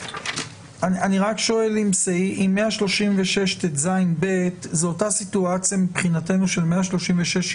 אני רק שואל אם 135טז(ב) היא מבחינתנו אותה סיטואציה של 135יד(ב).